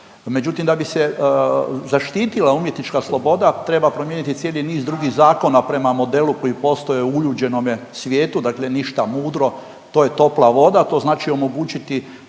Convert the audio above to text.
Međutim da bi se zaštitila umjetnička sloboda, treba promijeniti cijeli niz drugih zakona prema modelu koji postoje u uljuđenome svijetu, dakle ništa mudro. To je topla voda. To znači omogućiti